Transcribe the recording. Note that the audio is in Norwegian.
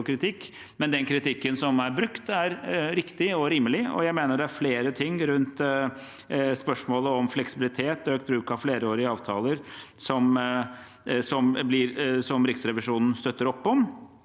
men den kritikken som er brukt, er riktig og rimelig. Jeg mener det er flere ting rundt spørsmålet om fleksibilitet og økt bruk av flerårige avtaler som Riksrevisjonen støtter opp om,